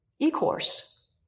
e-course